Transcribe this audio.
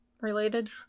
related